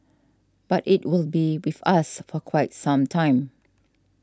but it will be with us for quite some time